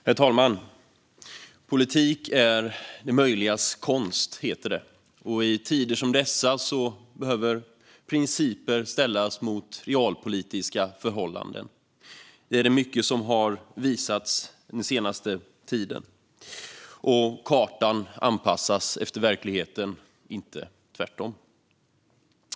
Herr talman! Politik är det möjligas konst, heter det. I tider som dessa behöver principer ställas mot realpolitiska förhållanden - det är mycket som har visat på det den senaste tiden - och kartan anpassas efter verkligheten, inte tvärtom.